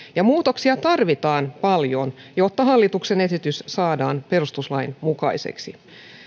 muutoksia tarvitaan paljon jotta hallituksen esitys saadaan perustuslain mukaiseksi